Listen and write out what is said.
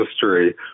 history